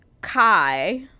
Kai